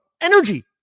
energy